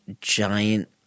giant